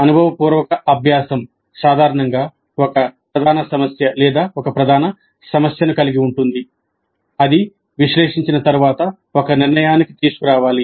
అనుభవపూర్వక అభ్యాసం సాధారణంగా ఒక ప్రధాన సమస్య లేదా ఒక ప్రధాన సమస్యను కలిగి ఉంటుంది అది విశ్లేషించిన తరువాత ఒక నిర్ణయానికి తీసుకురావాలి